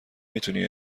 میتونی